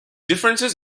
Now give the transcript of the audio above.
differences